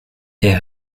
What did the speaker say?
est